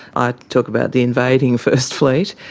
i talk about the invading first fleet,